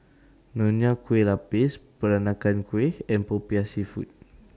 Nonya Kueh Lapis Peranakan Kueh and Popiah Seafood